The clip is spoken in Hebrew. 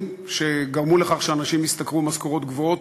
שגרמו לכך שאנשים השתכרו משכורות גבוהות,